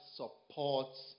supports